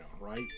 right